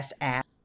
app